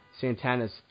Santana's